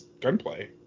gunplay